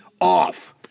off